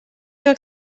york